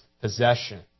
possession